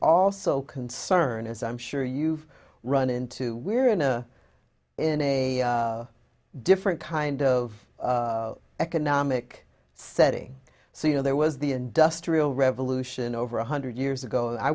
also concern as i'm sure you've run into we're in a in a different kind of economic setting so you know there was the industrial revolution over one hundred years ago